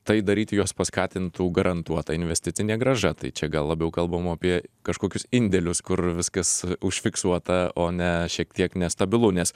tai daryti juos paskatintų garantuota investicinė grąža tai čia gal labiau kalbam apie kažkokius indėlius kur viskas užfiksuota o ne šiek tiek nestabilu nes